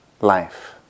life